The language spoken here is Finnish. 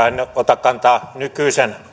en ota kantaa nykyisen